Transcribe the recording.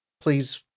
please